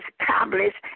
established